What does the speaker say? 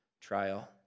trial